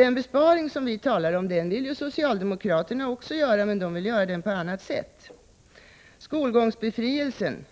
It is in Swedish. Den besparing som vi talar om vill ju socialdemokraterna också göra, men ni vill göra den på annat sätt. Beträffande skolgångsbefrielsen